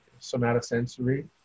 Somatosensory